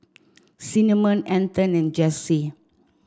Cinnamon Anton and Jessi